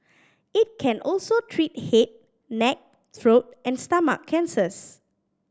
it can also treat head neck throat and stomach cancers